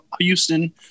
Houston